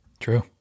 true